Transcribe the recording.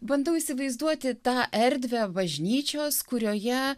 bandau įsivaizduoti tą erdvę bažnyčios kurioje